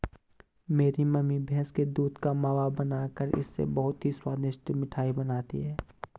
मेरी मम्मी भैंस के दूध का मावा बनाकर इससे बहुत ही स्वादिष्ट मिठाई बनाती हैं